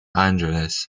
angeles